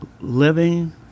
living